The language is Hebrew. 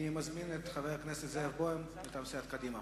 אני מזמין את חבר הכנסת זאב בוים מטעם סיעת קדימה.